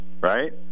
right